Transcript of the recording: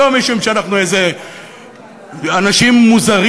לא משום שאנחנו איזה אנשים מוזרים